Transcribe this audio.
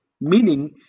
meaning